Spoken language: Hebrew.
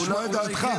לשמוע את דעתך.